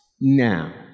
now